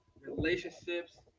relationships